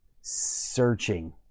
searching